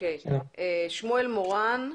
שמואל מורן,